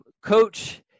Coach